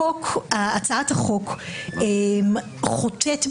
הצעת החוק חוטאת בריכוזיות,